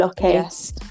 Yes